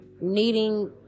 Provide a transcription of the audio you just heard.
needing